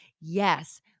yes